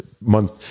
month